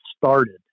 started